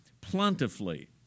plentifully